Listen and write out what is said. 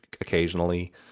occasionally